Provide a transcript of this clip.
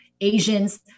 Asians